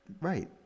right